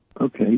Okay